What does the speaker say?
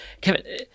Kevin